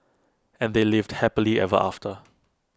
and they lived happily ever after